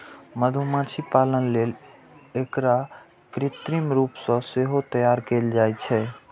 मधुमाछी पालन लेल एकरा कृत्रिम रूप सं सेहो तैयार कैल जाइ छै